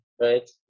right